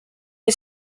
est